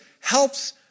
helps